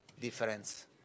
difference